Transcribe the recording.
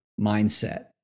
mindset